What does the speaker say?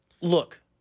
Look